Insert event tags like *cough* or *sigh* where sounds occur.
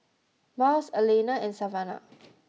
Marlys Alaina and Savannah *noise*